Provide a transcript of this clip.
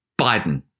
Biden